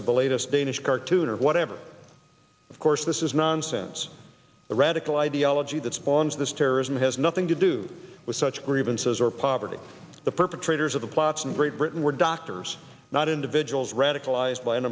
of the later danish cartoon or whatever of course this is nonsense the radical ideology that spawns this terrorism has nothing to do with such grievances or poverty the perpetrators of the plots in great britain were doctors not individuals radicalized by